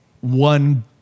one